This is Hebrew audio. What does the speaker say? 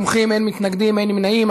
21 תומכים, אין מתנגדים, אין נמנעים.